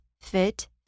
fit